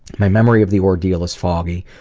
my memory of the ordeal is foggy,